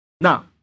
Now